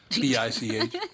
B-I-C-H